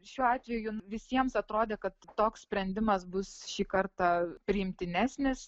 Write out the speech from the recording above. šiuo atveju visiems atrodė kad toks sprendimas bus šį kartą priimtinesnis